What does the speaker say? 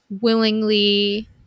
willingly